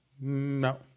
No